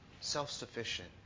self-sufficient